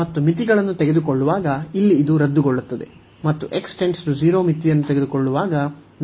ಮತ್ತು ಮಿತಿಗಳನ್ನು ತೆಗೆದುಕೊಳ್ಳುವಾಗ ಇಲ್ಲಿ ಇದು ರದ್ದುಗೊಳ್ಳುತ್ತದೆ ಮತ್ತು x → 0 ಮಿತಿಯನ್ನು ತೆಗೆದುಕೊಳ್ಳುವಾಗ ನಾವು ಇದನ್ನು 1 ಎಂದು ಪಡೆಯುತ್ತೇವೆ